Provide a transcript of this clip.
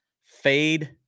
fade